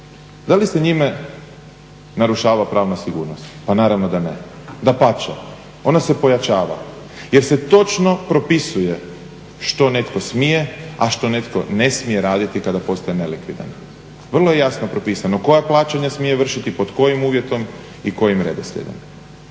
Da li se njime narušava pravna sigurnost? Pa naravno da ne. Dapače, ona se pojačava jer se točno propisuje što netko smije, a što netko ne smije raditi kada postane nelikvidan. Vrlo je jasno propisano koja plaćanja smije vršiti, pod kojim uvjetom i kojim redoslijedom.